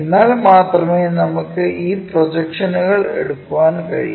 എന്നാൽ മാത്രമേ നമുക്ക് ഈ പ്രൊജക്ഷനുകൾ എടുക്കാൻ കഴിയൂ